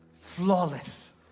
flawless